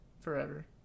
forever